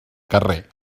carrer